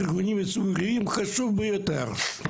לארגונים --- זה חשוב ביותר.